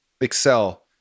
excel